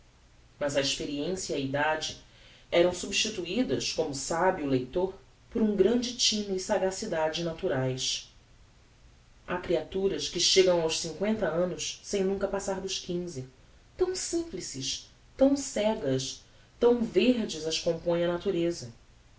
mas a experiencia e a edade eram substituidas como sabe o leitor por um grande tino e sagacidade naturaes ha creaturas que chegam aos cincoenta annos sem nunca passar dos quinze tão simplices tão cegas tão verdes as compõe a natureza